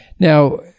Now